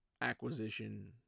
acquisition